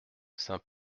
saint